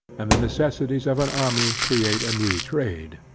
and the necessities of an army create a new trade.